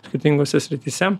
skirtingose srityse